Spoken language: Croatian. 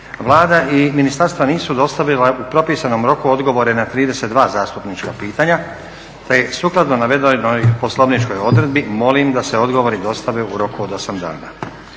Vlada i ministarstva nisu dostavila u propisanom roku odgovore na 32 zastupnička pitanja pa sukladno navedenoj poslovničkoj odredbi molim da se odgovori dostave u roku od 8 dana.